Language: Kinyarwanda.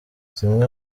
zimwe